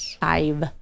five